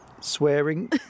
Swearing